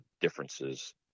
differences